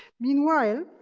meanwhile,